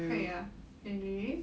会 ah really